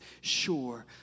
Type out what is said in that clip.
sure